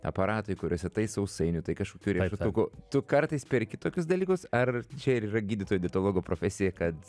aparatai kuriuose tai sausainių tai kažkokių riešutukų tu kartais perki tokius dalykus ar čia ir yra gydytojo dietologo profesija kad